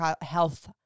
health